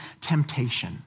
temptation